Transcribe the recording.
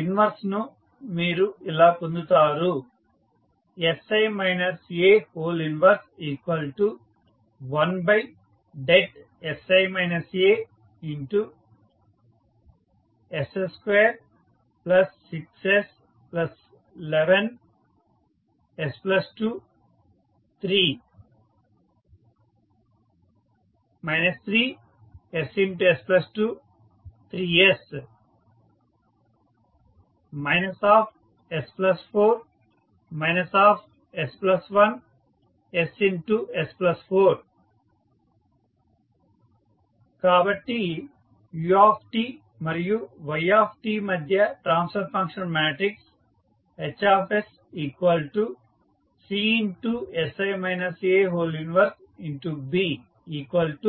inverse ను మీరు ఇలా పొందుతారు 11sI As26s11 s2 3 3 ss2 3s s4 s1 ss4 కాబట్టి u మరియు y మధ్య transfer function matrix HsCsI A 1B1s36s211s3s2